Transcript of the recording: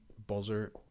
Buzzer